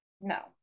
No